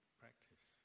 practice